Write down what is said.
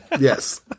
Yes